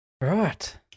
Right